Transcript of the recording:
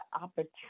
opportunity